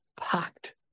packed